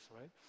right